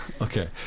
Okay